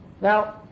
Now